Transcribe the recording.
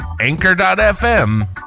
Anchor.fm